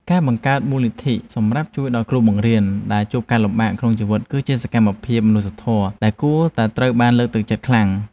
ការបង្កើតមូលនិធិសម្រាប់ជួយដល់គ្រូបង្រៀនដែលជួបការលំបាកក្នុងជីវិតគឺជាសកម្មភាពមនុស្សធម៌ដែលគួរតែត្រូវបានលើកទឹកចិត្តខ្លាំង។